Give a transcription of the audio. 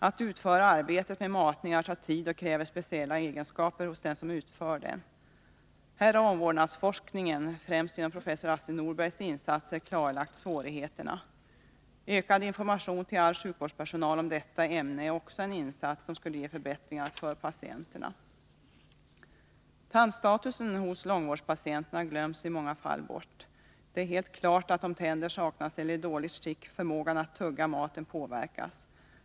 Att utföra arbetet med matningar tar tid och kräver speciella egenskaper hos dem som utför matningen. Här har omvårdnadsforskningen, främst genom professor Astrid Norbergs insatser, klarlagt svårigheterna. Ökad information till all sjukvårdspersonal om detta ämne är också en insats som skulle ge förbättringar för patienterna. Tandstatusen hos långvårdspatienterna glöms i många fall bort. Det är helt klart att om tänder saknas eller är i dåligt skick, så påverkas förmågan att tugga maten.